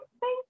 thank